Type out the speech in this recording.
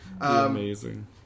amazing